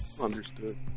Understood